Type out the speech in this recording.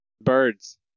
Birds